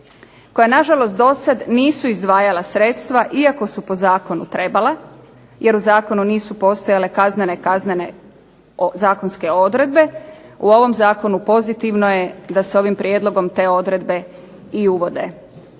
koja nažalost do sad nisu izdvajala sredstva iako su po zakonu trebala jer u zakonu nisu postojale kaznene zakonske odredbe. U ovom zakonu pozitivno je da se ovim prijedlogom te odredbe i uvode.